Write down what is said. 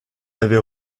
avait